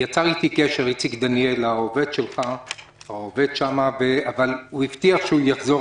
יצר איתי קשר העובד שלך איציק דניאל והוא הבטיח שהוא יחזור